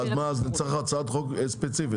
אז נצטרך הצעת חוק ספציפית,